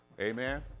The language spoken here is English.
Amen